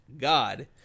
God